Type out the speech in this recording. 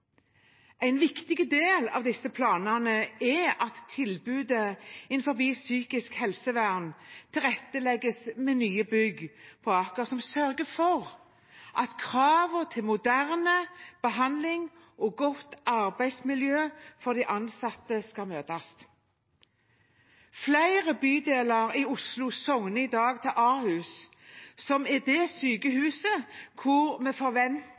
En viktig del av disse planene er at tilbudet innenfor psykisk helsevern tilrettelegges med nye bygg på Aker som sørger for at kravene til moderne behandling og godt arbeidsmiljø for de ansatte skal møtes. Flere bydeler i Oslo sogner i dag til Ahus, som er det sykehuset hvor vi